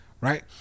right